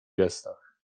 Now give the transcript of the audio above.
gestach